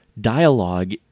dialogue